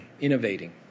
innovating